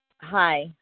Hi